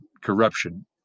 corruption